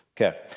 Okay